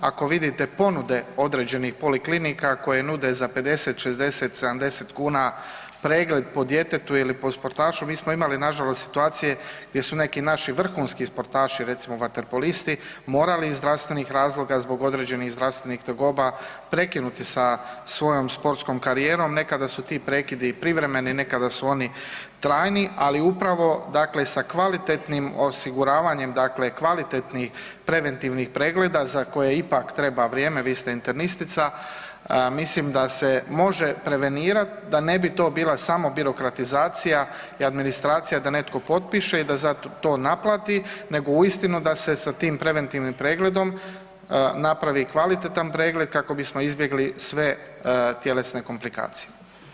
Ako vidite ponude određenih poliklinika koje nude za 50, 60, 70 kuna pregled po djetetu ili po sportašu, mi smo imali nažalost situacije gdje su neki naši vrhunski sportaši, recimo vaterpolisti, morali iz zdravstvenih razloga zbog određenih zdravstvenih tegoba prekinuti sa svojom sportskom karijerom, nekada su ti prekidi i privremeni, nekada su oni trajni, ali upravo sa kvalitetnim osiguravanjem, kvalitetnih preventivnih pregleda za koje ipak treba vrijeme, vi ste internistica, mislim da se može prevenirat da ne bi to bila smo birokratizacija i administracija da netko potpiše i da to naplati nego uistinu da se sa tim preventivnim pregledom napravi kvalitetan pregled kako bismo izbjegli sve tjelesne komplikacije.